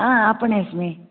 हा आपणे अस्मि